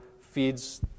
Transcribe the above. feeds